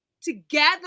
together